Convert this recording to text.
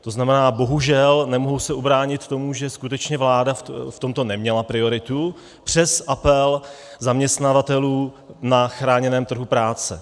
To znamená, bohužel, nemohu se ubránit tomu, že skutečně vláda v tomto neměla prioritu, přes apel zaměstnavatelů na chráněném trhu práce.